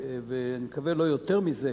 ואני מקווה שלא יותר מזה,